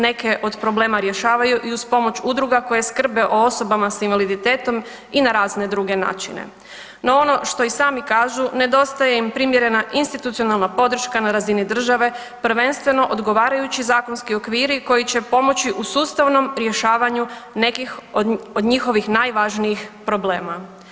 Neke od problema rješavaju i uz pomoć udruga koje se skrbe o osobama sa invaliditetom i na razne druge načine, no ono što i sami kažu, nedostaje im primjerena institucionalna podrška na razini države, prvenstveno odgovarajući zakonski okviri koji će pomoći u sustavnom rješavanju nekih od njihovih najvažnijih problema.